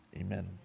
amen